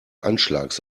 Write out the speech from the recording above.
anschlags